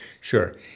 Sure